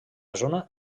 zona